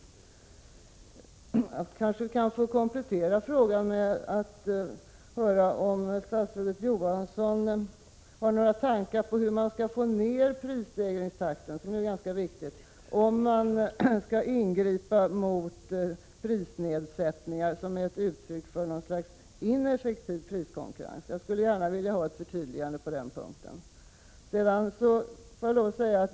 Jag kanske kan få komplettera frågan med att höra om statsrådet Johansson har några tankar på hur man skall få ned prisstegringstakten. Det är ganska viktigt. Skall man ingripa mot prisnedsättningar som är ett uttryck för något slags ineffektiv priskonkurrens? Jag skulle gärna vilja ha förtydligande på den punkten.